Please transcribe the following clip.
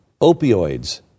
opioids